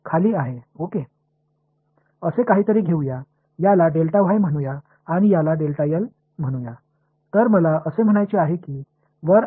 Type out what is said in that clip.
எனவே இது எல்லைக்கு கீழே பாதி மேலே பாதி உள்ள இது போன்ற ஒன்றை எடுத்துக்கொள்வோம் இதை மற்றும் இதை என்று அழைப்போம்